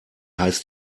heißt